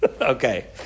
Okay